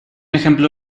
ejemplo